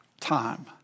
time